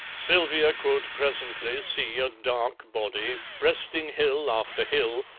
sylvia could presently see a dark body, breasting hill after hill,